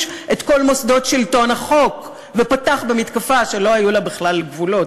את כל מוסדות שלטון החוק ופתח במתקפה שלא היו לה בכלל גבולות,